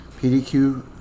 PDQ